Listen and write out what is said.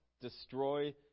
destroy